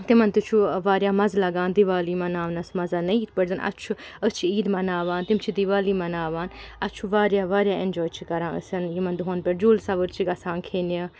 تِمَن تہِ چھُ واریاہ مَزٕ لَگان دِیوالی مَناونَس منٛز نا یِتھٕ پٲٹھۍ زَن اسہِ چھُ أسۍ چھِ عیٖد مَناوان تِم چھِ دِیوالی مَناوان اَسہِ چھُ واریاہ واریاہ اٮ۪نجاے چھِ أسۍ کَران أسۍ یِمَن دۄہَن پٮ۪ٹھ جوٗلہٕ سوٲرۍ چھِ گژھان کھٮ۪نہِ